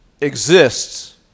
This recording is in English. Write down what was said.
exists